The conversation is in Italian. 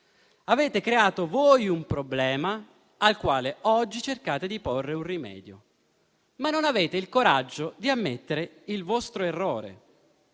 Avete creato voi un problema al quale oggi cercate di porre un rimedio senza avere il coraggio di ammettere il vostro errore.